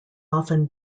often